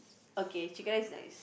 okay chicken rice nice